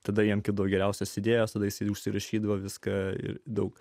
tada jam kilo geriausios idėjos sutaisyti užsirašydavo viską ir daug